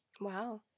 Wow